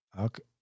Okay